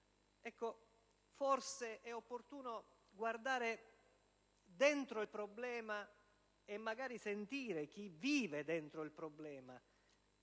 atto, forse è opportuno guardare dentro il problema e magari ascoltare chi vive dentro il problema: